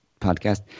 podcast